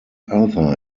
other